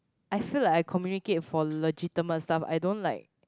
I feel like I communicate for legitimate stuff I don't like